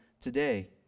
today